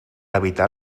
evitar